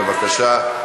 בבקשה.